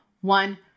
one